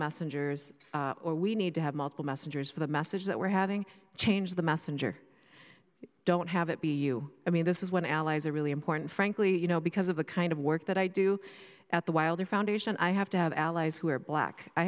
messengers or we need to have multiple messengers for the message that we're having change the messenger don't have it be you i mean this is when allies are really important frankly you know because of the kind of work that i do at the wilder foundation i have to have allies who are black i